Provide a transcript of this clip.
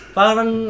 parang